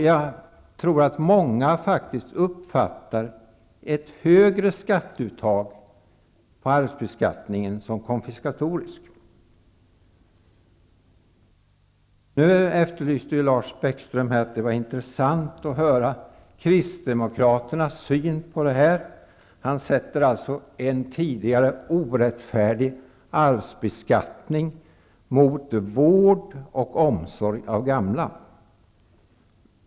Jag tror att många uppfattar ett högre skatteuttag på arvsbeskattningen som konfiskatoriskt. Lars Bäckström sade att det skulle vara intressant att höra Kristdemokraternas syn på det här. Han sätter en tidigare orättfärdig arvsbeskattning i förhållande till vård och omsorg av gamla.